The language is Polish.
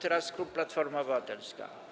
Nitras, klub Platforma Obywatelska.